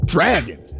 Dragon